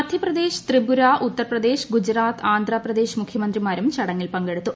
മധ്യപ്രദേശ് ത്രിപൂര ഉത്തർപ്രദേശ് ഗൂജറാത്ത് ആന്ധ്രപ്രദേശ് മുഖ്യമന്ത്രിമാരും ചടങ്ങിൽ പങ്കെടുത്തു